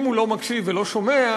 אם הוא לא מקשיב ולא שומע,